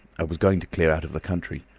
i was going to clear out of the country.